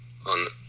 On